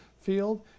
field